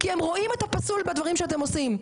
כי הם רואים את הפסול בדברים שאתם עושים,